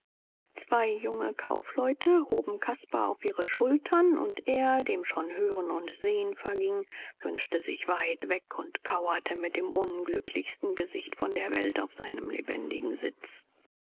zwei junge kaufleute hoben caspar auf ihre schultern und er dem schon hören und sehen verging wünschte sich weit weg und kauerte mit dem unglücklichsten gesicht von der welt auf seinem lebendigen sitz